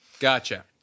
Gotcha